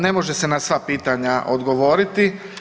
Ne može se na sva pitanja odgovoriti.